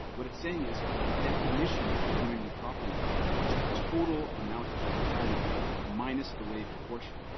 what it's saying is the definition of the community property right is the total amount of the retirement pay minus the waived portion.